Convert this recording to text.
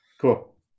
Cool